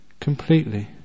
completely